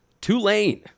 Tulane